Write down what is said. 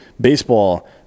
baseball